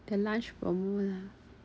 the lunch promo lah